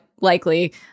likely